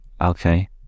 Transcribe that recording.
Okay